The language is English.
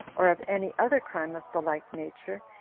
or of any other crime of the like nature,